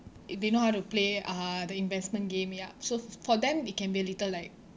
if they know how to play uh the investment game yup so for them it can be a little like